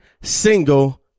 single